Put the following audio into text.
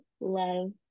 Love